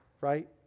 right